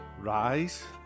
Rise